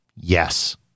Yes